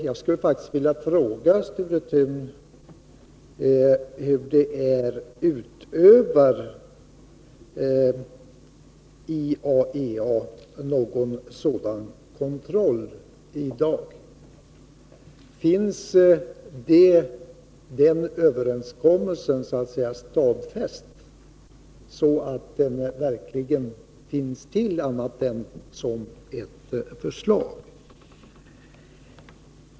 Jag skulle faktiskt vilja fråga Sture Thun hur det är: Utövar IAEA någon sådan kontroll i dag? Finns den överenskommelsen stadfäst, så att kontrollen verkligen sker och inte bara är ett förslag?